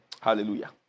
Hallelujah